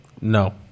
No